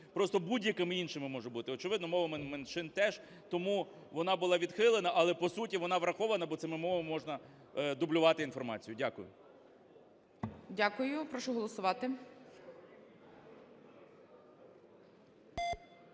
Просто "будь-якими іншими" може буде, очевидно, мовами меншин теж. Тому вона була відхилена, але по суті вона врахована, бо цими мовами можна дублювати інформацію. Дякую. ГОЛОВУЮЧИЙ. Дякую. Прошу голосувати.